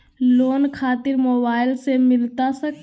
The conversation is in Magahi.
लोन खातिर मोबाइल से मिलता सके?